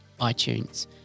iTunes